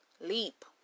Leap